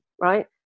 right